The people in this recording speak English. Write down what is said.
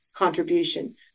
contribution